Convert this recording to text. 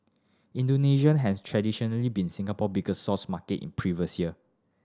Indonesia has traditionally been Singapore biggest source market in previous year